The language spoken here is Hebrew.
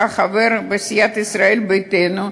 חבר בסיעת ישראל ביתנו,